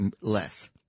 less